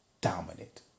dominant